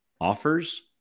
Offers